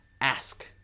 ask